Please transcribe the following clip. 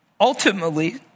ultimately